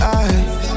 eyes